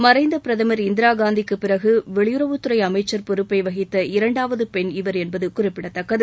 மறைந்த பிரதமர் இந்திராகாந்திக்குப் பிறகு வெளியுறவுத்துறை அமைச்சர் பொறுப்பை வகித்த இரண்டாவது பெண் இவர் என்பது குறிப்பிடத்தக்கது